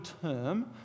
term